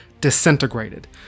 disintegrated